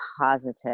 positive